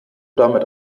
damit